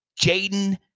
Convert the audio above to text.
Jaden